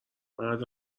مرد